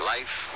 Life